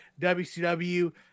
wcw